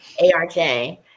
ARJ